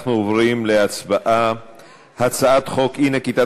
אנחנו עוברים להצבעה על הצעת חוק אי-נקיטת